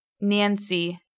Nancy